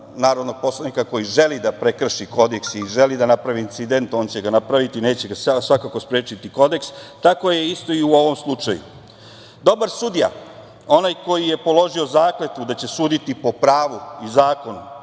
narodnog poslanika koji želi da prekrši kodeks i želi da napravi incident, on će ga napraviti, neće ga svakako sprečiti Kodeks. Tako je isto i u ovom slučaju. Dobar sudija, onaj koji je položio zakletvu da će suditi po pravu i zakonu,